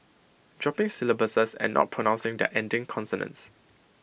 dropping syllables and not pronouncing their ending consonants